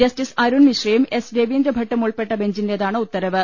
justice Arun മിശ്രയും S രവീന്ദ്രഭട്ടും ഉൾപ്പെട്ട ബെഞ്ചിന്റേതാണ് ഉത്തരവ്